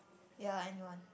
ya anyone